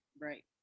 Right